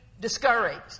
discouraged